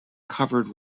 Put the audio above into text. covered